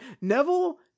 neville